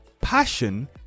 passion